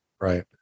Right